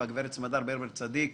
והגברת סמדר ברבר-צדיק,